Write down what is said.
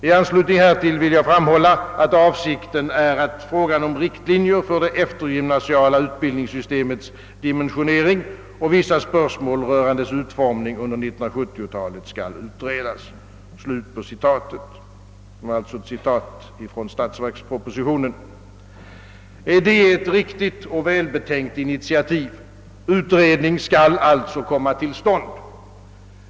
I anslutning härtill vill jag framhålla att avsikten är att frågan om riktlinjer för det eftergymnasiala utbildningssystemets dimensionering och vissa spörsmål rörande dess utformning under 1970-talet skall utredas.» Det är ett riktigt och välbetänkt initiativ. Utredning skall alltså komma till stånd.